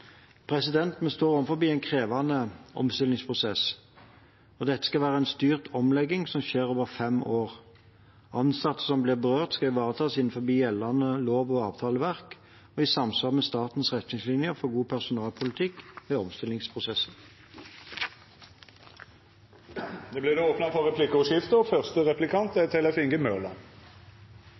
tjenesteproduksjon. Vi står overfor en krevende omstillingsprosess, og dette skal være en styrt omlegging, som skjer over fem år. Ansatte som blir berørt, skal ivaretas etter gjeldende lov- og avtaleverk og i samsvar med statens retningslinjer for god personalpolitikk ved omstillingsprosesser. Det vert replikkordskifte.